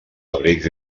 abrics